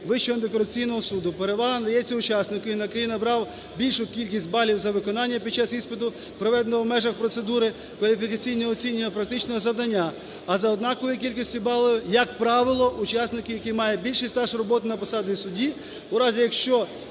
Вищого антикорупційного суду, перевага надається учаснику, який набрав більшу кількість балів за виконання під час іспиту, проведеного в межах процедури кваліфікаційного оцінювання, практичного завдання, а за однакової кількості балів - як правило, учаснику, який має більший стаж роботи на посаді судді. У разі, якщо